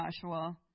Joshua